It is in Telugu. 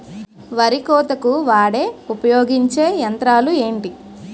వరి కోతకు వాడే ఉపయోగించే యంత్రాలు ఏంటి?